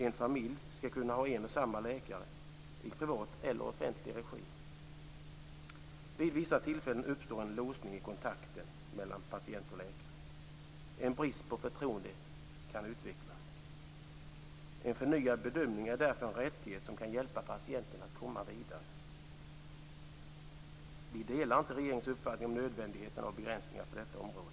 En familj skall kunna ha en och samma läkare i privat eller offentlig regi. Vid vissa tillfällen uppstår en låsning i kontakten mellan patient och läkare. En brist på förtroende kan utvecklas. En förnyad bedömning är därför en rättighet som kan hjälpa patienten att komma vidare. Vi delar inte regeringens uppfattning om nödvändigheten av begränsningar på detta område.